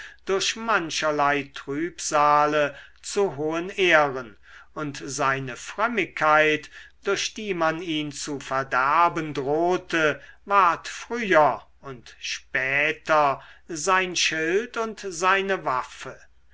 durch mancherlei trübsale zu hohen ehren und seine frömmigkeit durch die man ihn zu verderben drohte ward früher und später sein schild und seine waffe